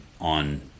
on